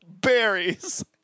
berries